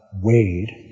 weighed